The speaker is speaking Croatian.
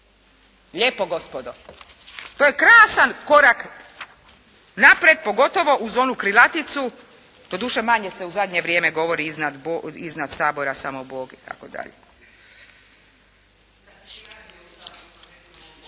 Lijepo gospodo, to je krasan korak naprijed pogotovo uz onu krilaticu. Doduše, manje se u zadnje vrijeme govori "Iznad Sabora samo Bog" itd.